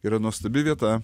yra nuostabi vieta